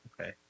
Okay